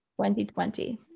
2020